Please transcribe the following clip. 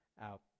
out